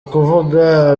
ukuvuga